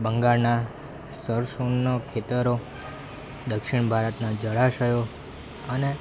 બંગાળના સરસુંદનો ખેતરો દક્ષિણ ભારતના જળાશયો અને